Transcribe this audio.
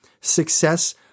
success